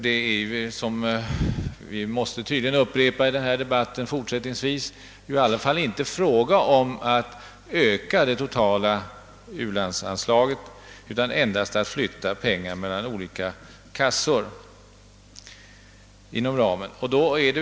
Detta är — som vi tydligen måste upprepa i denna debatt fortsättningsvis — i alla fall inte fråga om att utöka det totala utlandsanslaget utan endast att flytta pengarna mellan olika kassor.